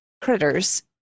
critters